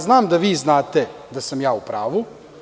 Znam da znate da sam u pravu.